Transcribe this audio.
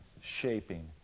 shaping